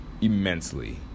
immensely